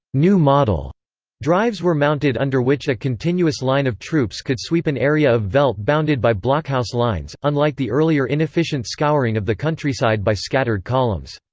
new model drives were mounted under which a continuous line of troops could sweep an area of veld bounded by blockhouse lines, unlike the earlier inefficient scouring of the countryside by scattered columns.